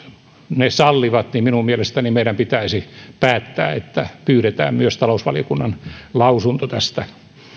ne sallivat niin minun mielestäni meidän pitäisi päättää että pyydetään myös talousvaliokunnan lausunto tästä